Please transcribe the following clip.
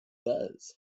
does